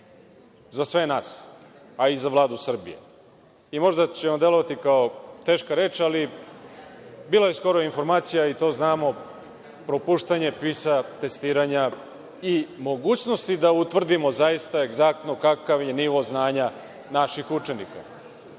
za sve nas, a i za Vladu Srbije. Možda će ovo delovati kao teška reč, ali bila je skoro informacija, i to znamo, propuštanje PISA testiranja i mogućnosti da utvrdimo zaista egzaktno kakav je nivo znanja naših učenika.